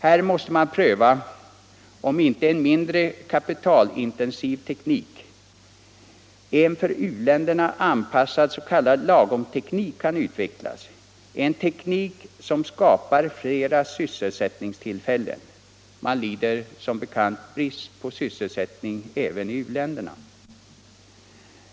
Här måste man pröva om inte en mindre kapitalintensiv teknik, en för u-länderna anpassad ”lagomteknik” kan utvecklas — en teknik som skapar fler sysselsättningstillfällen. Man lider som bekant av brist på sysselsättning även i u-länderna.